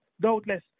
doubtless